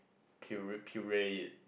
puree puree it